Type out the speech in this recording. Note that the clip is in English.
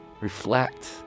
Reflect